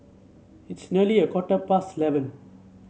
its nearly a quarter past eleven